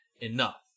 enough